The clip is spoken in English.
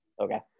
okay